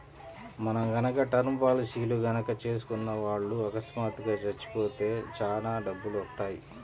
మనం గనక టర్మ్ పాలసీలు గనక చేసుకున్న వాళ్ళు అకస్మాత్తుగా చచ్చిపోతే చానా డబ్బులొత్తయ్యి